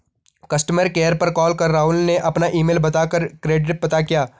customer care पर call कर राहुल ने अपना ईमेल बता कर क्रेडिट पता किया